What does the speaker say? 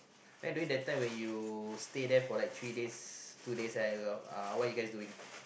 then during that time when you stay there for like three days two days eh what you guys doing